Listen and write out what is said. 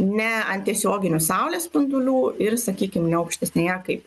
ne ant tiesioginių saulės spindulių ir sakykim ne aukštesnėje kaip